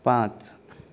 पांच